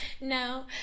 No